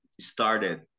started